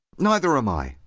neither am i!